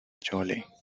chole